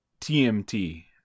TMT